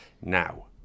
Now